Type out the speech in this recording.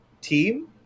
team